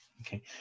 Okay